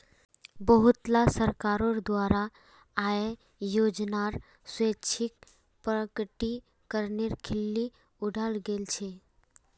बहुतला सरकारोंर द्वारा आय योजनार स्वैच्छिक प्रकटीकरनेर खिल्ली उडाल गेल छे